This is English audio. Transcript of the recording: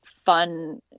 fun